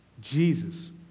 Jesus